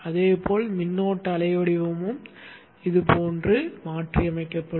அதே போல் மின்னோட்ட அலை வடிவமும் இது போன்று மாற்றியமைக்கப்படும்